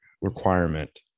requirement